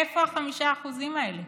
איפה ה-5% האלה?